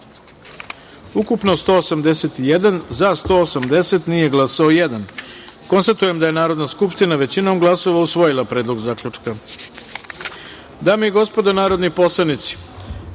ukupno 181, za – 180, nije glasao – jedan. Konstatujem da je Narodna skupština većinom glasova usvojila Predlog zaključka. Dame